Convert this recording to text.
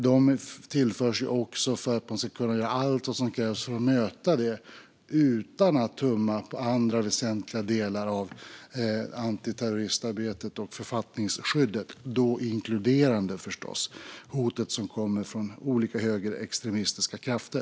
De tillförs också för att man ska kunna göra allt vad som krävs för att möta det utan att tumma på andra väsentliga delar av antiterroristarbetet och författningsskyddet, då förstås inkluderande hotet som kommer från olika högerextremistiska krafter.